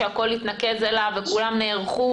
שהכול התנקז אליו וכולם נערכו,